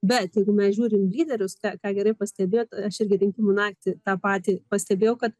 bet jeigu mes žiūrim lyderius tą ką gerai pastebėjot aš irgi rinkimų naktį tą patį pastebėjau kad